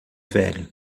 velho